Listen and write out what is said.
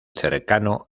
cercano